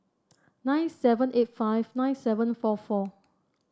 nine seven eight five nine seven eight four four